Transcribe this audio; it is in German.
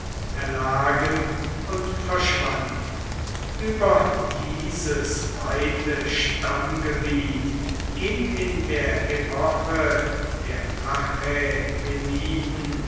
erlagen und verschwanden über dieses weite stammgebiet ging in der epoche der